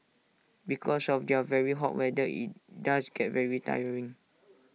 because of the very hot weather IT does get very tiring